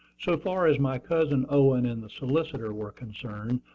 so far as my cousin owen and the solicitor were concerned,